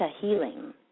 healing